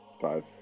Five